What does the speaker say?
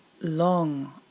Long